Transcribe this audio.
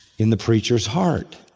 in the preacher's heart.